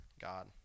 God